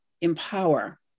empower